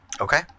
Okay